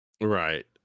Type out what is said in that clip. Right